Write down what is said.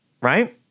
right